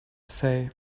say